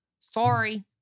Sorry